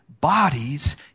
bodies